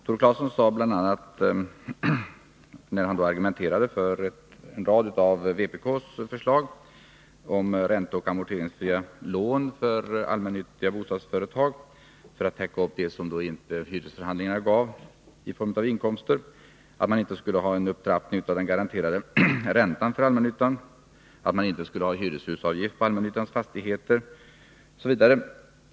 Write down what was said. Tore Claeson argumenterade bl.a. för en rad av vpk:s förslag om ränteoch amorteringsfria lån för allmännyttiga bostadsföretag för att täcka det som de inte får in i hyresinkomster efter hyresförhandlingarna. Han sade att man inte skulle ha en upptrappning av den garanterade räntan för allmännyttan, att man inte skulle ha en hyreshusavgift på allmännyttans fastigheter osv.